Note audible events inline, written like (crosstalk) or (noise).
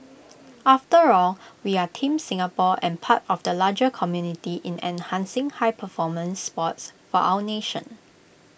(noise) after all we are Team Singapore and part of the larger community in enhancing high performance sports for our nation